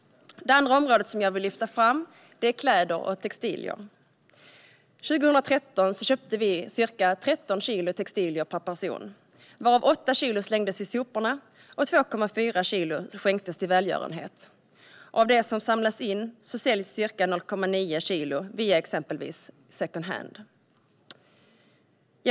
Den andra gruppen som jag vill lyfta fram är kläder och textilier. År 2013 köpte vi ca 13 kilo textilier per person, varav 8 kilo slängdes i soporna och 2,4 kilo skänktes till välgörenhet. Av det som samlas in säljs ca 0,9 kilo via exempelvis secondhand.